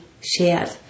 shared